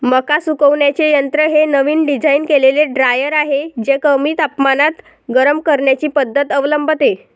मका सुकवण्याचे यंत्र हे नवीन डिझाइन केलेले ड्रायर आहे जे कमी तापमानात गरम करण्याची पद्धत अवलंबते